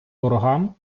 ворогам